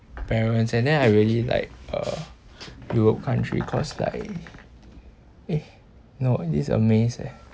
parents and then I really like uh europe country cause like eh no this is amaze leh